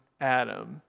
Adam